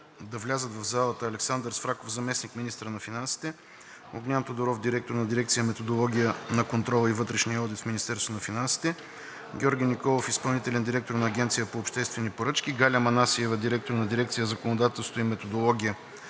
да влязат в залата Александър Свраков – заместник-министър на финансите, Огнян Тодоров – директор на дирекция „Методология на контрола и вътрешния одит“ в Министерството на финансите; Георги Николов – изпълнителен директор на Агенцията по обществени поръчки, Галя Манасиева – директор на дирекция „Законодателство и методология“